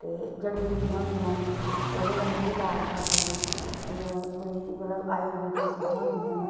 ते जड़ी बूटियां होंदियां न ओह्दे कन्नै बी इलाज करदे न कोई मतलब आयुर्वेदिक चीजां होंदियां न